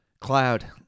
Cloud